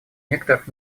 некоторых